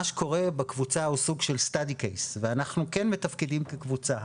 מה שקורה בקבוצה הוא סוג של study case ואנחנו כן מתפקדים כקבוצה,